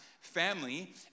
family